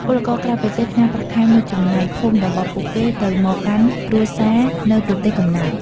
ពលករក្រៅប្រទេសផ្ញើប្រាក់ខែមួយចំណែកធំរបស់ពួកគេទៅមកកាន់គ្រួសារនៅប្រទេសកំណើត។